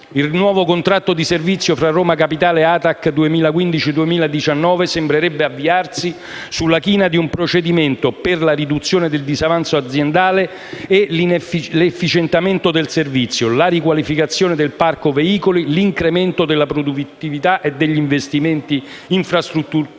Il nuovo contratto di servizio 2015-2019 fra Roma Capitale e ATAC sembrerebbe avviarsi sulla china di un procedimento per la riduzione del disavanzo aziendale e l'efficientamento del servizio, la riqualificazione del parco veicoli, l'incremento della produttività e degli investimenti infrastrutturali